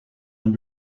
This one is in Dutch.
een